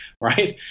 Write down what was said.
right